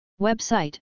Website